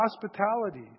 hospitality